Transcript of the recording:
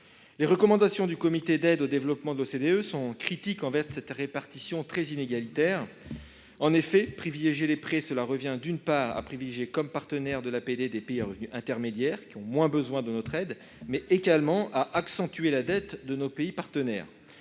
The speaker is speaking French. Les recommandations du CAD sont critiques envers cette répartition très inégalitaire. En effet, privilégier les prêts revient non seulement à favoriser comme partenaires de l'APD des pays à revenus intermédiaires, qui ont moins besoin de notre aide, mais également à accentuer la dette de nos pays partenaires.